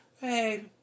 hey